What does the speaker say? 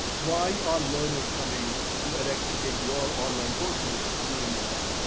why are learners coming to edx to take your online courses during this time?